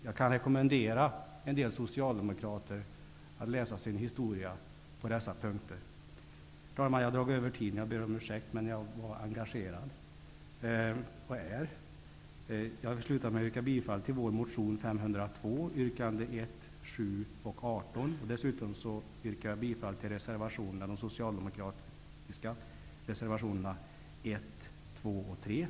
Jag kan rekommendera en del socialdemokrater att läsa sin historia på dessa punkter. Herr talman! Jag ber om ursäkt för att jag har dragit över min taletid, men jag var engagerad, och är. Jag slutar mitt anförande med att yrka bifall till vår motion Ub502 yrkandena 1, 7 och 18. Dessutom yrkar jag bifall till de socialdemokratiska reservationerna 1, 2 och 3.